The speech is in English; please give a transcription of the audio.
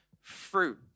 fruit